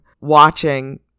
watching